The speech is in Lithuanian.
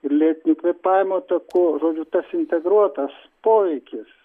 ir lėtinių kvėpavimo takų žodžiu tas integruotas poveikis